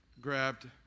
grabbed